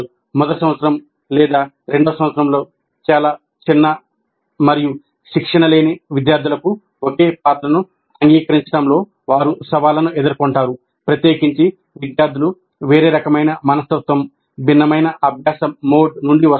మొదటి సంవత్సరం లేదా రెండవ సంవత్సరంలో చాలా చిన్న మరియు శిక్షణ లేని విద్యార్థులకు ఒకే పాత్రను అంగీకరించడంలో వారు సవాళ్లను ఎదుర్కొంటారు ప్రత్యేకించి విద్యార్థులు వేరే రకమైన మనస్తత్వం భిన్నమైన అభ్యాస మోడ్ నుండి వస్తారు